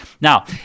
Now